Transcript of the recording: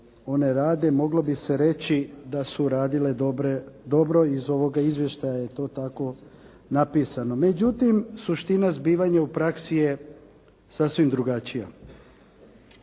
one rade, moglo bi se reći da su radile dobro iz ovoga izvještaja je to tako napisano. Međutim suština zbivanja u praksi je sasvim drugačija.